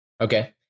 Okay